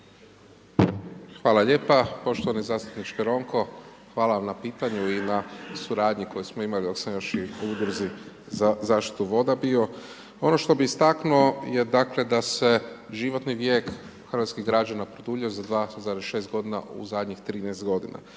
Hvala lijepo. Poštovani zastupniče Ronko, hvala vam na pitanju i na suradnji koju smo imali dok sam još i u Udruzi za zaštitu voda bio. Ono što bih istaknuo je, dakle, da se životni vijek hrvatskih građana produljio za 2,6 godina u zadnjih 13 godina.